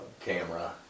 camera